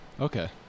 okay